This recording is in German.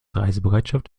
reisebereitschaft